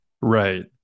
Right